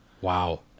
Wow